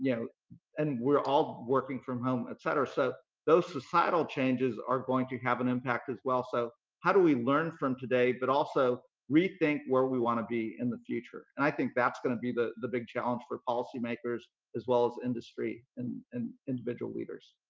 you know and we're all working from home, etcetera. so those societal changes are going to have an impact as well. so how do we learn from today but also rethink where we want to be in the future. and i think that's going to be the the big challenge for policy makers as well as industry and individual leaders.